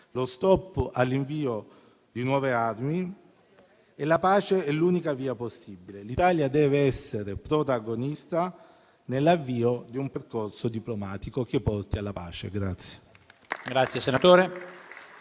lo stop all'invio di nuove armi. La pace è l'unica via possibile e l'Italia deve essere protagonista nell'avvio di un percorso diplomatico che porti alla pace.